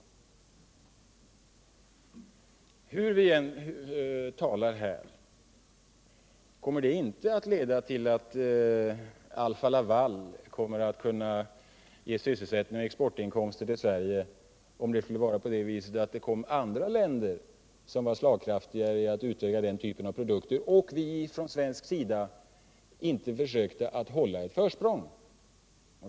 Hur mycket vi än talar här, kommer det i alla fall inte att leda till att Alfa-Laval kommer att kunna ge sysselsättning och extrainkomster till Sverige, om det skulle vara på det viset att andra länder är mer slagkraftiga när det gäller att utöka den typen av produkter, såvida vi inte på svensk sida försöker behålla vårt försprång.